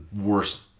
worst